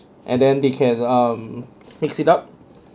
and then they can um fix it up